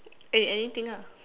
eh anything ah